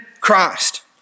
Christ